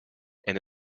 and